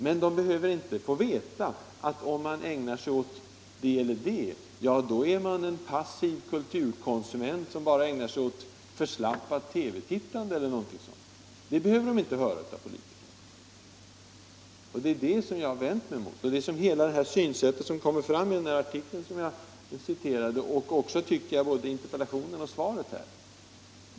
Men människor skall inte från politikerna behöva få höra att de, om de exempelvis ägnar sig åt TV-tittande, är passiva kulturkonsumenter. Det är det som jag har vänt mig mot. Det är också det synsättet som kommer fram i artikeln som jag citerade, liksom i interpellationen och interpellationssvaret.